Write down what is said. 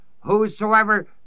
whosoever